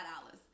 dollars